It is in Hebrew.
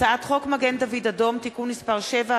הצעת חוק מגן דוד אדום (תיקון מס' 7),